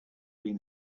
been